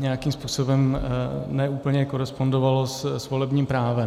nějakým způsobem ne úplně korespondovalo s volebním právem.